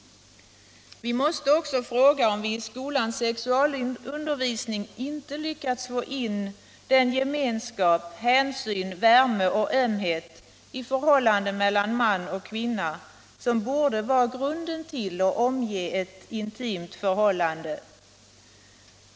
Vi måste också fråga oss om vi i skolans sexualundervisning lyckats få in den gemenskap, hänsyn, värme och ömhet i förhållandet mellan man och kvinna som borde vara grunden till och omge ett intimt förhållande.